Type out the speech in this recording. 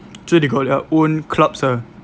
so they got their own clubs ah